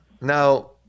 Now